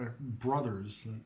Brothers